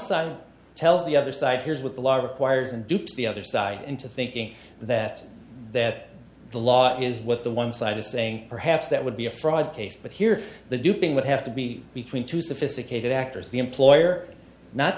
side tells the other side here's what the law requires and duped the other side into thinking that that the law is what the one side is saying perhaps that would be a fraud case but here the duping would have to be between two sophisticated actors the employer not